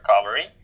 recovery